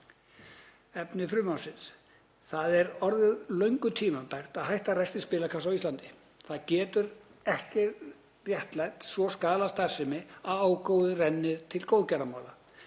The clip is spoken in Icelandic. Efni frumvarpsins. Það er orðið löngu tímabært að hætta rekstri spilakassa á Íslandi. Það getur ekki réttlætt svo skaðlega starfsemi að ágóðinn renni til góðgerðarmála.